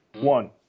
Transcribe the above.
One